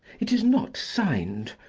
it is not signed,